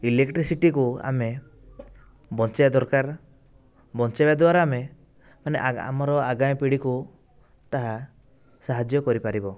ଇଲେକ୍ଟ୍ରିସିଟିକୁ ଆମେ ବଞ୍ଚେଇବା ଦରକାର ବଞ୍ଚେଇବା ଦ୍ୱାରା ଆମେ ମାନେ ଆମର ଆଗାମୀ ପିଢ଼ିକୁ ତାହା ସାହାଯ୍ୟ କରିପାରିବ